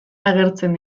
agertzen